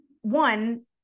one